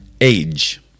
age